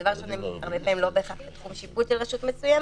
דבר שהרבה פעמים לא בתחום שיפוט של רשות מסוימת,